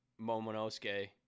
momonosuke